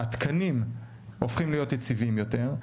התקנים הופכים להיות יציבים יותר,